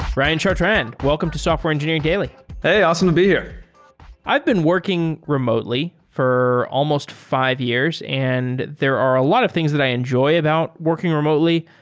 ryan chartrand, welcome to software engineering daily hey! awesome to be here i've been working remotely for almost five years and there are a lot of things that i enjoy about working remotely.